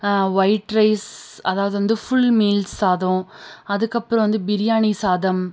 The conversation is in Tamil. ஒய்ட் ரைஸ் அதாவது வந்து ஃபுல் மீல்ஸ் சாதம் அதுக்கப்பறம் வந்து பிரியாணி சாதம்